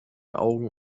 augen